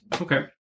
Okay